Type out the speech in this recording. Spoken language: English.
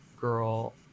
Girl